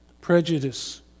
Prejudice